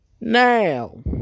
now